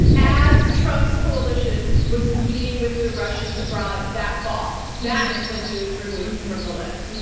as trump's coalition was meeting with the russians abroad that fall, that is when he was removed from the list.